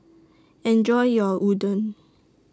Enjoy your Udon